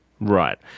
Right